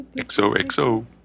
XOXO